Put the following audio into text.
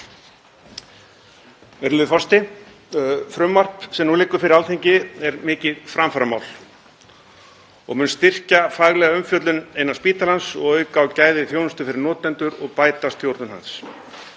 er mikið framfaramál og mun styrkja faglega umfjöllun innan spítalans og auka á gæði þjónustu fyrir notendur og bæta stjórnun hans.